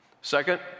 second